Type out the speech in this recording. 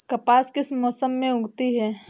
कपास किस मौसम में उगती है?